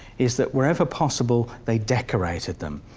is that wherever possible, they decorated them,